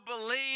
believe